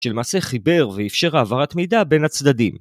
שלמעשה חיבר ואפשר העברת מידע בין הצדדים.